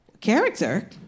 character